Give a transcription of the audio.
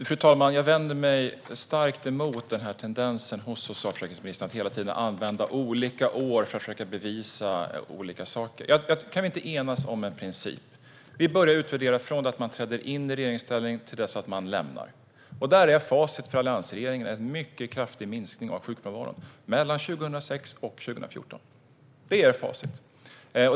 Fru talman! Jag vänder mig starkt emot tendensen hos socialförsäkringsministern att hela tiden använda siffror från olika årtal för att försöka bevisa olika saker. Kan vi inte enas om principen att vi utvärderar en regering från dess inträde i regeringsställning till dess utträde? Då är facit för alliansregeringen en mycket kraftig minskning av sjukfrånvaron mellan 2006 och 2014. Det är facit.